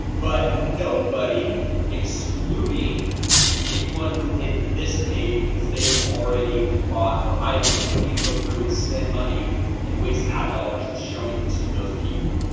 but nobody excluding anyone who hit this page because they have already bought our item so we don't need to go through and spend money and waste ad dollars showing to those people.